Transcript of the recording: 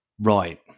right